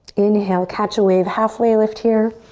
inhale, catch a wave, halfway lift here.